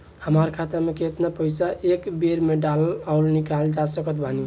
हमार खाता मे केतना पईसा एक बेर मे डाल आऊर निकाल सकत बानी?